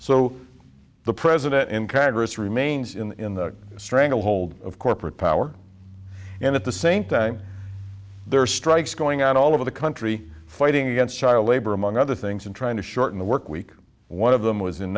so the president in congress remains in a stranglehold of corporate power and at the same time there are strikes going out all over the country fighting against child labor among other things and trying to shorten the work week one of them was in